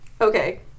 Okay